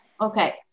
Okay